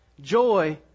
Joy